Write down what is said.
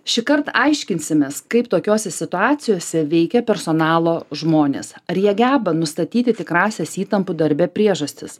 šįkart aiškinsimės kaip tokiose situacijose veikia personalo žmonės ar jie geba nustatyti tikrąsias įtampų darbe priežastis